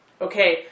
okay